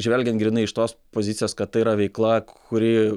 žvelgiant grynai iš tos pozicijos kad tai yra veikla kuri